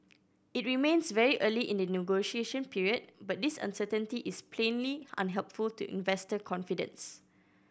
it remains very early in the negotiation period but this uncertainty is plainly unhelpful to investor confidence